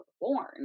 born